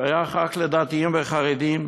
שייך רק לדתיים וחרדים.